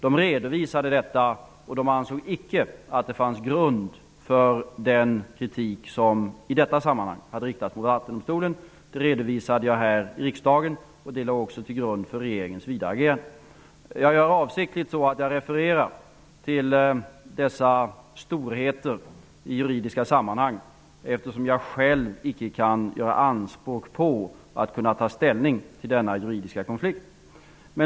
De redovisade detta, och de ansåg att det inte fanns någon grund för den kritik som i detta sammanhang hade riktats mot Vattendomstolen. Detta anförde jag här i riksdagen, och det låg också till grund för regeringens vidare agerande. Jag refererar avsiktligt till dessa juridiska storheter, eftersom jag själv inte kan göra anspråk på att kunna ta ställning i denna juridiska konflikt.